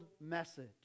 message